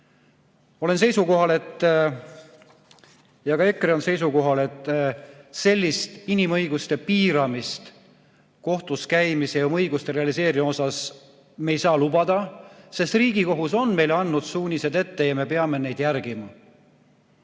Olen seisukohal, ja ka EKRE on seisukohal, et sellist inimõiguste piiramist kohtuskäimiste ja oma õiguste realiseerimise osas me ei saa lubada, sest Riigikohus on meile andnud suunised ette ja me peame neid järgima.